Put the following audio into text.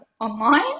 online